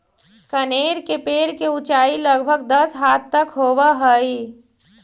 कनेर के पेड़ के ऊंचाई लगभग दस हाथ तक होवऽ हई